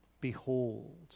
Behold